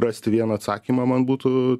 rasti vieną atsakymą man būtų